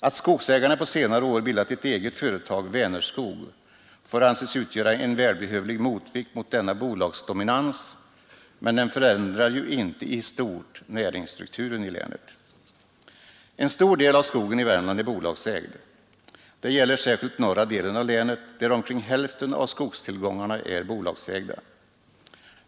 Att skogsägarna på senare år bildat ett eget företag, Vänerskog, får anses utgöra en välbehövlig motvikt mot denna bolagsdominans men den förändrar ju inte i stort näringsstrukturen i länet. En stor del av skogen i Värmland är bolagsägd. Det gäller särskilt norra delen av länet där omkring hälften av skogstillgångarna är bolagsägda.